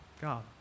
God